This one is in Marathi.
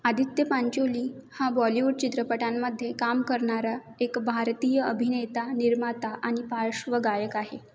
आदित्य पांचोली हा बॉलिवूड चित्रपटांमध्ये काम करणारा एक भारतीय अभिनेता निर्माता आणि पार्श्वगायक आहे